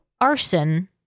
arson